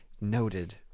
Noted